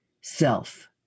self